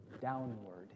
downward